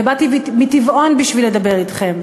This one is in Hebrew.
ובאתי מטבעון בשביל לדבר אתכם.